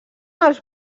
els